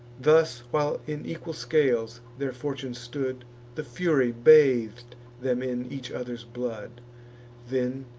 thus, while in equal scales their fortune stood the fury bath'd them in each other's blood then,